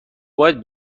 باید